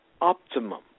optimum